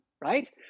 right